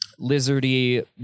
lizardy